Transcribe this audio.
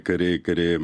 kariai kariai